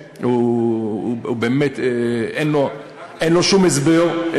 אין לו שום הסבר.